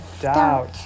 doubt